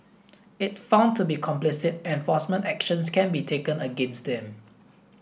if found to be complicit enforcement actions can be taken against them